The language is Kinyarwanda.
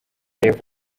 y’epfo